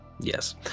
Yes